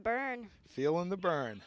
burn feeling the burn